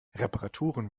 reparaturen